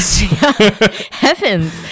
heavens